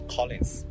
Collins